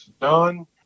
done